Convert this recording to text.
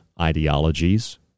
ideologies